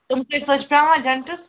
تِم کۭتِس حظ چھِ پٮ۪وان جَنٹٕس